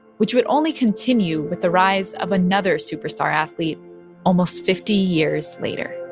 which would only continue with the rise of another superstar athlete almost fifty years later